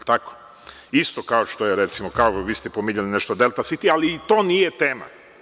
Isto kao što je, recimo, kao vi ste pominjali nešto „Delta siti“, ali i to nije tema.